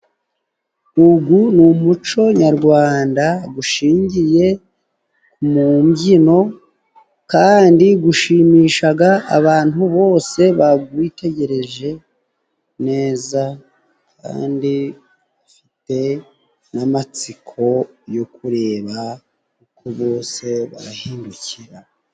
Ugu ni umuco nyarwanda gushingiye mu mbyino kandi gushimishaga abantu bose bagwitegereje neza, kandi bafite n'amatsiko yo kureba uko bose barahindukira.